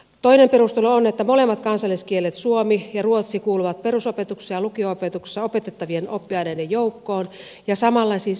toinen perustelu on että molemmat kansalliskielet suomi ja ruotsi kuuluvat perusopetuksessa ja lukio opetuksessa opetettavien oppiaineiden joukkoon ja samalla siis yleissivistykseen